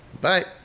Bye